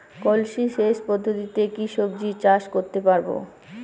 কলসি সেচ পদ্ধতিতে কি সবজি চাষ করতে পারব?